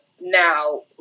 now